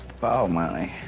fall money.